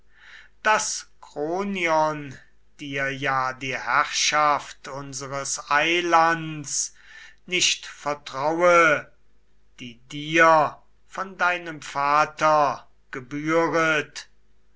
daß kronion dir ja die herrschaft unseres eilands nicht vertraue die dir von deinem vater gebühret